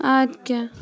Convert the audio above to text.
آد کیاہ